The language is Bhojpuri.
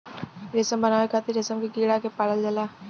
रेशम बनावे खातिर रेशम के कीड़ा के पालल जाला